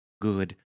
good